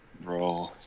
Bro